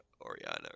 Oriana